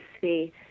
see